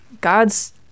God's